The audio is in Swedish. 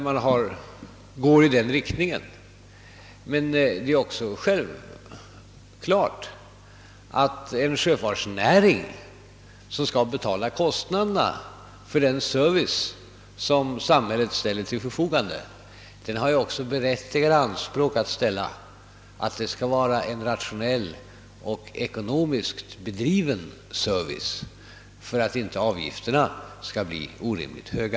Men det är också självklart att sjöfartsnäringen som skall betala kostnaderna för den service som samhället ställer till förfogande även har berättigade anspråk på att denna serviceverksamhet skall vara rationell och ekonomiskt bedriven för att inte avgifterna skall bli orimligt höga.